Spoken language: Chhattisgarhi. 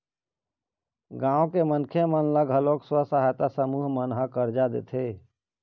गाँव के मनखे मन ल घलोक स्व सहायता समूह मन ह करजा देथे